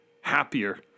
Happier